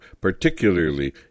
particularly